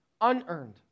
unearned